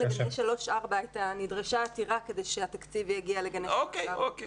מגיל 4-3 נדרשה עתירה כדי שהתקציב יגיע לגני --- זה